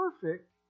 perfect